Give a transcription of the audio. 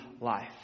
life